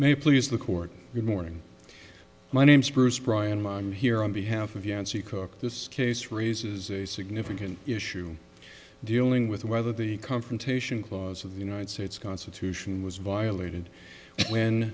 may please the court the morning my name's bruce bryan mom here on behalf of yancey cook this case raises a significant issue dealing with whether the confrontation clause of the united states constitution was violated when